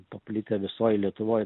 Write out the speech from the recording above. paplitę visoj lietuvoj